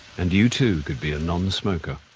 and you too can be a non smoker.